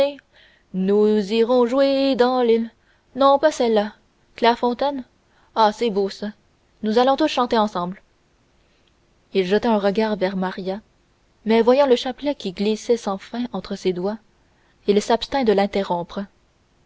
nous irons jouer dans l'île non pas celle-là claire fontaine ah c'est beau ça nous allons tous chanter ensemble il jeta un regard vers maria mais voyant le chapelet qui glissait sans fin entre ses doigts il s'abstint de le l'interrompre